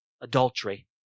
adultery